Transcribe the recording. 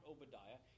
Obadiah